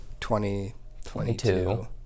2022